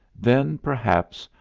then, perhaps,